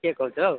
କିଏ କହୁଛ ଆଉ